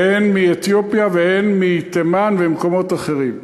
והן מאתיופיה והן מתימן וממקומות אחרים.